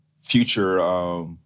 future